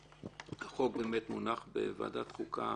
שהחוק באמת מונח בוועדת החוקה